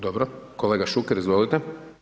Dobro, kolega Šuker izvolite.